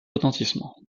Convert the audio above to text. retentissement